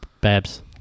Babs